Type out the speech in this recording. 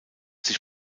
sich